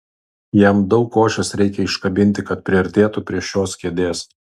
jam daug košės reikia iškabinti kad priartėtų prie šios kėdės